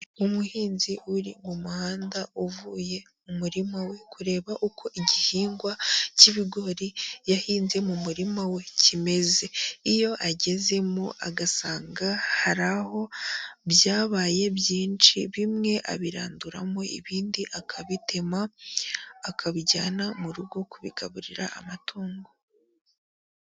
Umuhinzi uri mu muhanda uvuye mu murima we kureba uko igihingwa cy'ibigori yahinze mu murima we kimeze, iyo agezemo agasanga hari aho byabaye byinshi bimwe abiranduramo ibindi akabitema, akabijyana mu rugo kubigaburira amatungo.